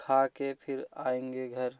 खाके फिर आएँगे घर